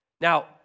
Now